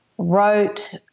wrote